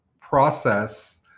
process